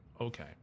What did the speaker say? Okay